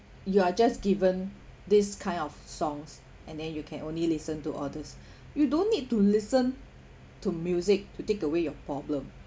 you are just given this kind of songs and then you can only listen to all this you don't need to listen to music to take away your problem